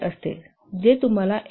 38 असते जे तुम्हाला 8